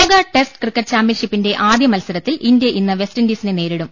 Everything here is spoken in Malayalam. ലോക ടെസ്റ്റ് ക്രിക്കറ്റ് ചാമ്പ്യൻഷിപ്പിന്റെ ആദ്യ മത്സരത്തിൽ ഇന്ത്യ ഇന്ന് വെസ്റ്റിൻഡീസിനെ നേരിടും